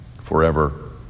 forever